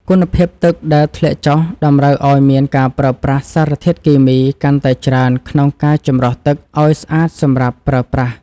គុណភាពទឹកដែលធ្លាក់ចុះតម្រូវឱ្យមានការប្រើប្រាស់សារធាតុគីមីកាន់តែច្រើនក្នុងការចម្រោះទឹកឱ្យស្អាតសម្រាប់ប្រើប្រាស់។